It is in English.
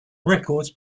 records